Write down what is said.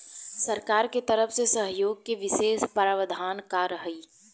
सरकार के तरफ से सहयोग के विशेष प्रावधान का हई?